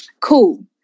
cool